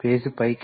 page పైకి